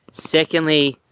secondly,